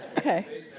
Okay